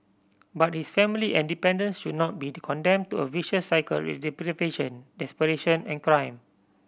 but his family and dependants should not be condemned to a vicious cycle of deprivation desperation and crime